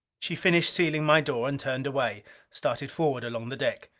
she finished sealing my door and turned away started forward along the deck.